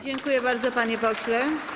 Dziękuję bardzo, panie pośle.